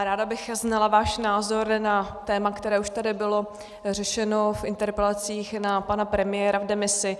Ráda bych znala váš názor na téma, které už tady bylo řešeno v interpelacích na pana premiéra v demisi.